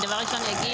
אני דבר ראשון אגיד,